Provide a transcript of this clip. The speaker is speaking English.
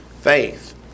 faith